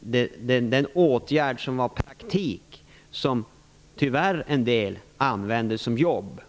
Det finns åtgärder som innebär praktik men som en del tyvärr använder som jobb.